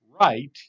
right